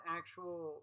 actual